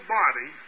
body